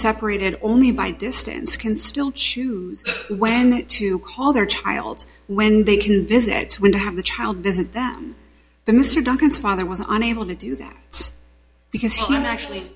separated only by distance can still choose when to call their child when they can visit when they have the child visit them the mr duncan's father was unable to do that because when actually